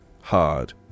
Hard